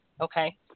okay